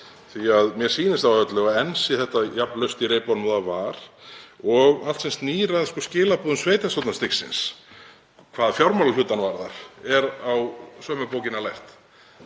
því að mér sýnist á öllu að enn sé þetta jafn laust í reipunum og það var og allt sem snýr að skilaboðum sveitarstjórnarstigsins hvað fjármálahlutann varðar er á sömu bókina lært.